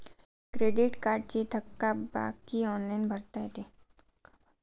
credit कार्डची थकबाकी online भरता येते